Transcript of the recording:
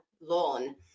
lawn